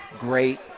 great